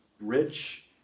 rich